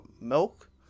Milk